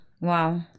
wow